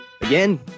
again